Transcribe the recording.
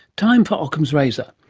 time for ockham's razor.